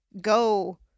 go